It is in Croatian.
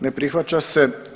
Ne prihvaća se.